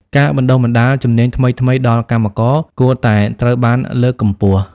ការបណ្តុះបណ្តាលជំនាញថ្មីៗដល់កម្មករគួរតែត្រូវបានលើកកម្ពស់។